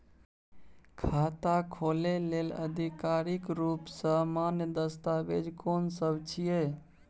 खाता खोले लेल आधिकारिक रूप स मान्य दस्तावेज कोन सब छिए?